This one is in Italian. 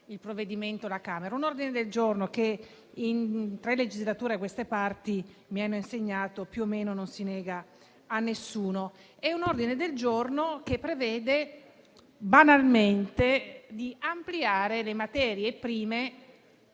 il provvedimento alla Camera, ma a un ordine del giorno, che, da tre legislature a questa parte, mi hanno insegnato più o meno non si nega a nessuno. Si tratta di un ordine del giorno che prevede banalmente di ampliare le materie prime